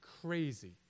crazy